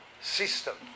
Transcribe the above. system